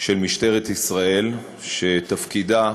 של משטרת ישראל, שתפקידה,